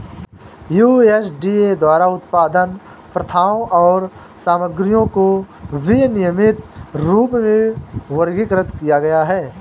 USDA द्वारा उत्पादन प्रथाओं और सामग्रियों को विनियमित रूप में वर्गीकृत किया गया है